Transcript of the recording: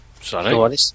Sorry